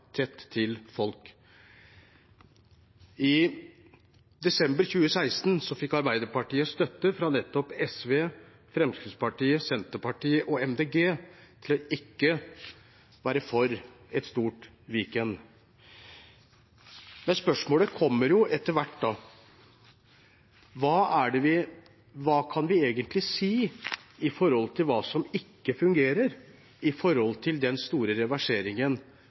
tett på folk. I desember 2016 fikk Arbeiderpartiet støtte fra nettopp SV, Fremskrittspartiet, Senterpartiet og Miljøpartiet De Grønne når det gjelder ikke å være for et stort Viken. Men spørsmålet kommer etter hvert: Hva kan vi egentlig si om hva som ikke fungerer, i forbindelse med den store reverseringen